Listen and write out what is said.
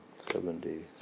Seventy